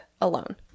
alone